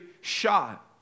shot